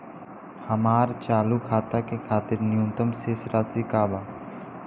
हमार चालू खाता के खातिर न्यूनतम शेष राशि का बा?